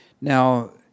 Now